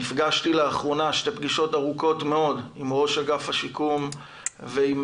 נפגשתי לאחרונה שתי פגישות ארוכות מאוד עם ראש אגף השיקום ועם